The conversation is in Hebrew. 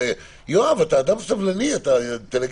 יואב, אתה אדם סבלני, אתה אינטליגנט.